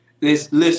listen